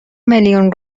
میلیون